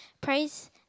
Praise